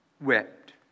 wept